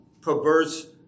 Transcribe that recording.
perverse